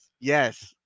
Yes